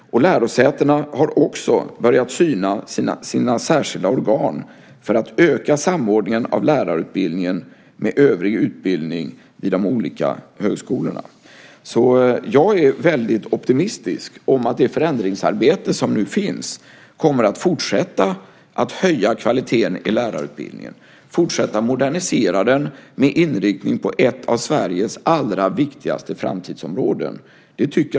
Lärosätena har också börjat syna sina särskilda organ för att öka samordningen av lärarutbildningen med övrig utbildning i de olika högskolorna. Jag är därför mycket optimistisk om att det förändringsarbete som nu finns kommer att fortsätta att höja kvaliteten i lärarutbildningen och kommer att fortsätta att modernisera den med inriktning på ett av Sveriges allra viktigaste framtidsområden.